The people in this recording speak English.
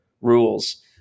rules